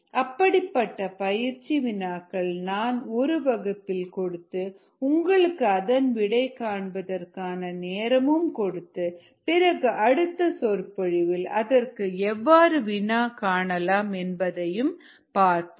அப்படிப்பட்ட பயிற்சி வினாக்கள் நான் ஒரு வகுப்பில் கொடுத்து உங்களுக்கு அதன் விடை காண்பதற்கு நேரமும் கொடுத்து பிறகு அடுத்த சொற்பொழிவில் அதற்கு எவ்வாறு வினா காணலாம் என்பதையும் பார்ப்போம்